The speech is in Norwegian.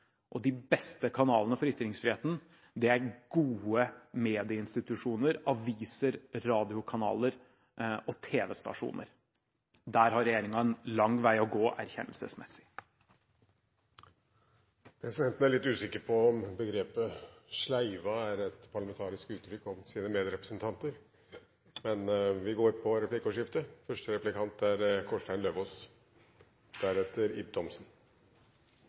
og de beste kanalene for ytringsfriheten er gode medieinstitusjoner: aviser, radiokanaler og tv-stasjoner. Der har regjeringen en lang vei å gå erkjennelsesmessig. Presidenten er litt usikker på om begrepet «sleivet» er et parlamentarisk uttrykk å bruke om sine medrepresentanter. Det blir replikkordskifte. Offentlige eller private penger oppfatter jeg er